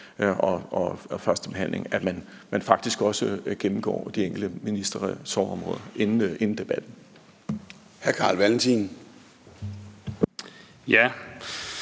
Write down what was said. overvejer, at man faktisk også skal gennemgå de enkelte ministerressortområder inden debatten.